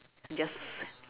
just